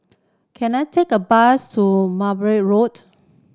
can I take a bus to Merbau Road